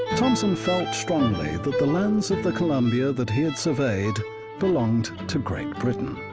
thompson felt strongly that the lands of the columbia that he had surveyed belonged to great britain.